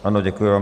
Ano, děkuji vám.